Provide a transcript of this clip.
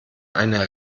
eine